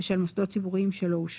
ושל מוסדות ציבוריים שלא אושרו.